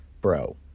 bro